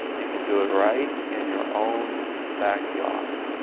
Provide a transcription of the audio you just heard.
you can do it right in your own backyard.